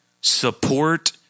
support